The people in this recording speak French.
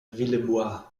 villebois